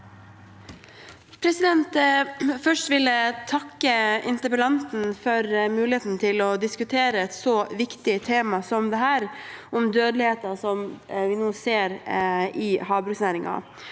Først vil jeg takke interpellanten for muligheten til å diskutere et så viktig tema som dette: dødeligheten vi nå ser i havbruksnæringen.